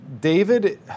David